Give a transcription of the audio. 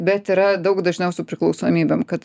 bet yra daug dažniau su priklausomybėm kad